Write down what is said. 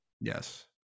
Yes